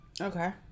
Okay